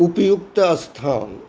उपयुक्त स्थान